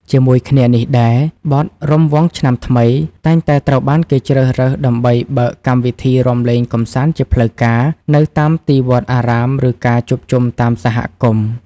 ជាមួយគ្នានេះដែរ បទ រាំវង់ឆ្នាំថ្មី តែងតែត្រូវបានគេជ្រើសរើសដើម្បីបើកកម្មវិធីរាំលេងកម្សាន្តជាផ្លូវការ នៅតាមទីវត្តអារាម ឬការជួបជុំតាមសហគមន៍។